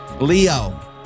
Leo